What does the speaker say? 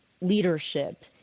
leadership